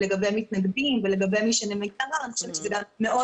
לגבי מתנגדים ולגבי --- אני חושבת שזה גם מאוד